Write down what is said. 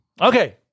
Okay